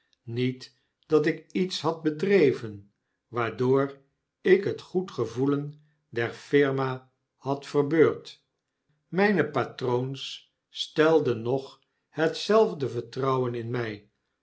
met dat ik iets had bedreven waardoor ik het goed gevoelen der firma had verbeurd mpe patroons stelden nog hetzelfde vertrouwen in mij